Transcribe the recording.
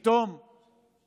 כשפתאום